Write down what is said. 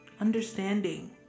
understanding